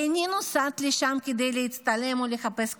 איני נוסעת לשם כדי להצטלם או לחפש כותרות,